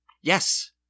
Yes